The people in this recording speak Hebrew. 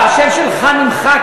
כי השם שלך נמחק.